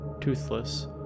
Toothless